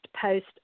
post